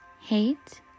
hate